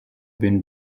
been